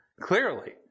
clearly